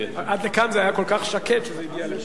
זה היה כל כך שקט שזה גם הגיע לאוזני.